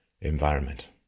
environment